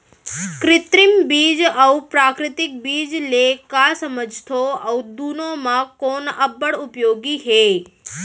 कृत्रिम बीज अऊ प्राकृतिक बीज ले का समझथो अऊ दुनो म कोन अब्बड़ उपयोगी हे?